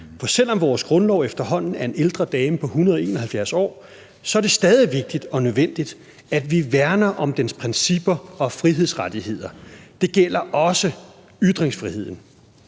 For selv om vores grundlov efterhånden er en ældre dame på 171 år, er det stadig vigtigt og nødvendigt, at vi værner om dens principper og frihedsrettigheder. Det gælder også ytringsfriheden.